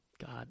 God